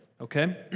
okay